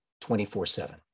24-7